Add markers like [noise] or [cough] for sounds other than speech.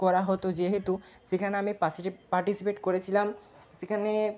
করা হতো যেহেতু সেখানে আমি [unintelligible] পার্টিসিপেট করেছিলাম সেখানে